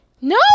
No